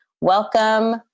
Welcome